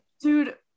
Dude